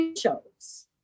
shows